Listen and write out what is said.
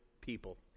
people